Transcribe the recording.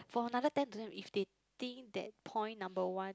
for another ten to them if they think that point number one